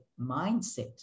mindset